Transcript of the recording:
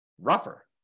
rougher